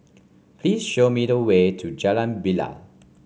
please show me the way to Jalan Bilal